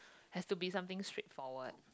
has to be something straightforward